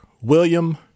William